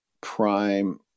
prime